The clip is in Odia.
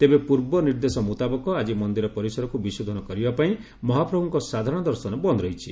ତେବେ ପୂର୍ବ ନିର୍ଦ୍ଦେଶ ମୁତାବକ ଆକି ମନ୍ଦିର ପରିସରକୁ ବିଶୋଧନ କରିବାପାଇଁ ମହାପ୍ରଭୁଙ୍କ ସାଧାରଣ ଦର୍ଶନ ବନ୍ଦ ରହିଛି